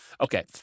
okay